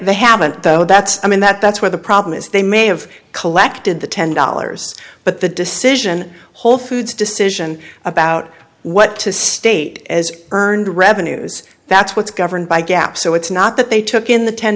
haven't though that's i mean that that's where the problem is they may have collected the ten dollars but the decision wholefoods decision about what to state as earned revenues that's what's governed by gap so it's not that they took in the ten